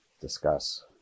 discuss